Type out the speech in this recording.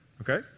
okay